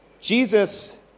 Jesus